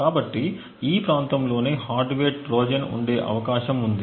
కాబట్టి ఈ ప్రాంతంలోనే హార్డ్వేర్ ట్రోజన్ ఉండే అవకాశం ఉంది